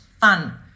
fun